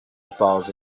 falls